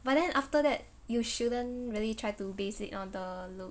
but then after that you shouldn't really try to base it on the look